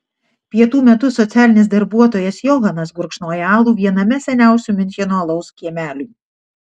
pietų metu socialinis darbuotojas johanas gurkšnoja alų viename seniausių miuncheno alaus kiemelių